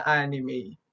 anime